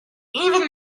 even